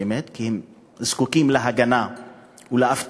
באמת, כי הם זקוקים להגנה ולאבטחה